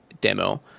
demo